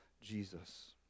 Jesus